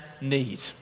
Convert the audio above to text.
need